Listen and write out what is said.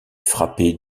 frappé